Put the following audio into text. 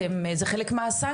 אתם צריכים שזה יהיה חלק מהסנקציה,